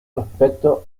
respecto